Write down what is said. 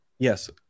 Yes